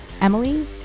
Emily